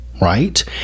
right